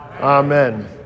Amen